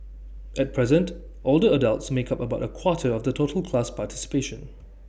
at present older adults make up about A quarter of the total class participation